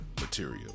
material